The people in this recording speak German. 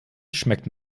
schmeckt